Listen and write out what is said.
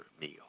meal